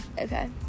Okay